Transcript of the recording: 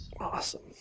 Awesome